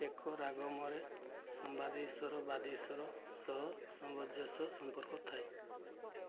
ଏକ ରାଗମରେ ସମ୍ବାଦି ସ୍ଵର ବାଦୀ ସ୍ଵର ସହ ସମଞ୍ଜସ ସମ୍ପର୍କ ଥାଏ